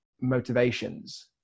motivations